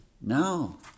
Now